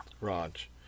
Raj